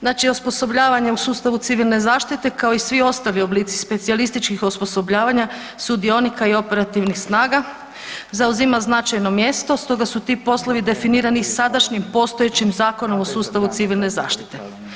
Znači osposobljavanje u sustavu civilne zaštite kao i svi ostali oblici specijalističkih osposobljavanja sudionika i operativnih snaga zauzima značajno mjesto stoga su ti poslovi definirani sadašnjim postojećim Zakonom o sustavu civilne zaštite.